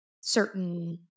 certain